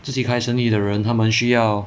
自己开生意人他们需要